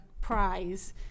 prize